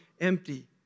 empty